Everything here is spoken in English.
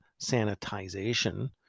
sanitization